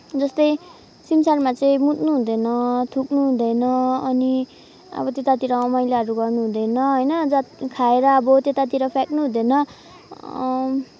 जस्तै सिमसारमा चाहिँ मुत्नुहुँदैन थुक्नुहुँदैन अनि अब त्यतातिर मैलाहरू गर्नुहुँदैन होइन जत खाएर अब त्यतातिर फ्याँक्नु हुँदैन